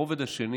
הרובד השני